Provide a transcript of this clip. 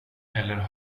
eller